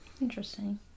Interesting